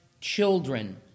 children